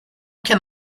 can